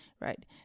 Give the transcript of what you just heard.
right